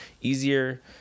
easier